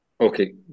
Okay